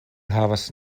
havas